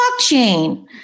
blockchain